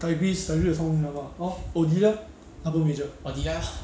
daibris daibris 有聪明的嘛 oh odia double major